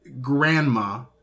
grandma